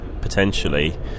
potentially